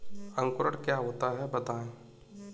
अंकुरण क्या होता है बताएँ?